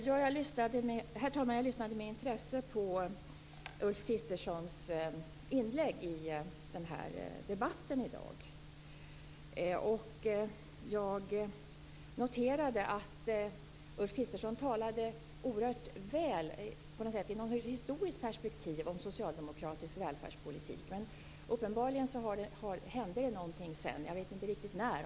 Herr talman! Jag lyssnade med intresse på Ulf Kristerssons inlägg i dagens debatt. Jag noterade att han talade oerhört väl om socialdemokratisk välfärdspolitik i ett historiskt perspektiv. Uppenbarligen hände det någonting sedan, jag vet inte riktigt när.